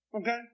okay